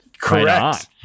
Correct